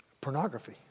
pornography